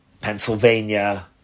Pennsylvania